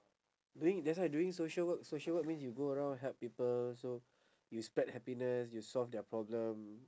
doing that's why doing social work social work means you go around help people so you spread happiness you solve their problem